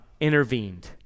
intervened